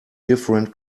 different